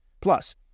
Plus